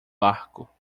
arco